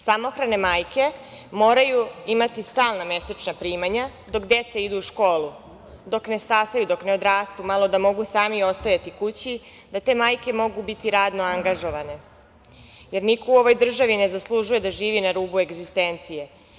Samohrane majke moraju imati stalna mesečna primanja dok deca idu u školu, dok ne stasaju, dok ne odrastu malo da mogu sami ostajati kući da te majke mogu biti radno angažovane, jer niko u državi ne zaslužuje da živi na rubu egzistencije.